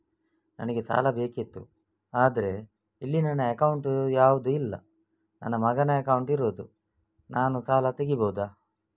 ನನಗೆ ಸಾಲ ಬೇಕಿತ್ತು ಆದ್ರೆ ಇಲ್ಲಿ ನನ್ನ ಅಕೌಂಟ್ ಯಾವುದು ಇಲ್ಲ, ನನ್ನ ಮಗನ ಅಕೌಂಟ್ ಇರುದು, ನಾನು ಸಾಲ ತೆಗಿಬಹುದಾ?